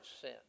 sin